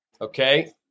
Okay